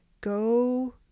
Go